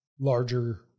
larger